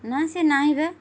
ନା ସେ ନାହିଁ ବା